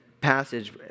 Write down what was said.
passage